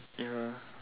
ya